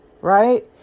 Right